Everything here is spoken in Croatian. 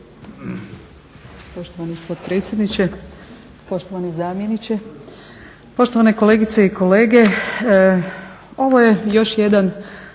Poštovani potpredsjedniče, poštovani zamjeniče, poštovane kolegice i kolege. Ovo je još jedan